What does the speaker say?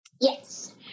Yes